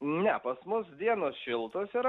ne pas mus dienos šiltos yra